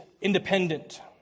independent